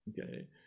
Okay